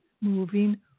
moving